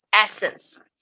essence